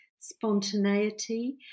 spontaneity